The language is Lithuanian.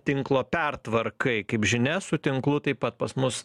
tinklo pertvarkai kaip žinia su tinklu taip pat pas mus